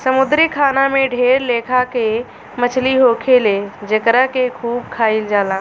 समुंद्री खाना में ढेर लेखा के मछली होखेले जेकरा के खूब खाइल जाला